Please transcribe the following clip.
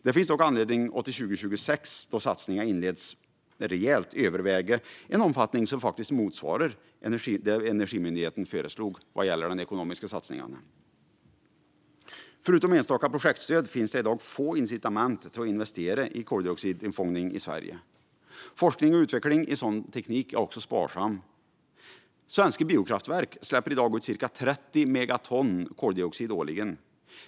Det finns dock anledning att till 2026, då satsningen inleds, rejält överväga en omfattning som faktiskt motsvarar det Energimyndigheten föreslog vad gäller den ekonomiska satsningen. Förutom enstaka projektstöd finns det i dag få incitament till att investera i koldioxidinfångning i Sverige. Forskning och utveckling i sådan teknik är också sparsam. Svenska biokraftverk släpper i dag ut cirka 30 megaton koldioxid årligen.